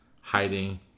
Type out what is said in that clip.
hiding